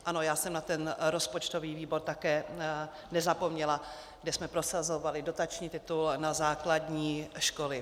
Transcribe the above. Ano, já jsem na ten rozpočtový výbor také nezapomněla, kde jsme prosazovali dotační titul na základní školy.